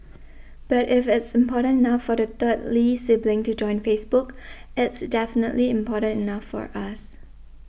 but if it's important enough for the third Lee sibling to join Facebook it's definitely important enough for us